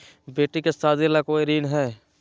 बेटी के सादी ला कोई ऋण हई?